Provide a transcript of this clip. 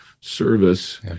service